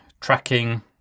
tracking